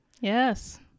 Yes